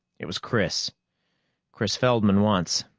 it was chris chris feldman once,